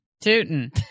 Tooting